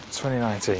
2019